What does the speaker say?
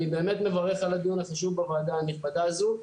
אני באמת מברך על הדיון החשוב בוועדה הנכבדה הזו,